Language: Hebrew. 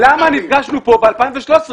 למה נפגשנו כאן ב-2013?